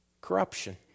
Corruption